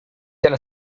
ten